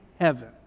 heaven